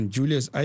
Julius